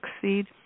succeed